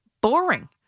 boring